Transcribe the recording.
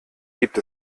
gibt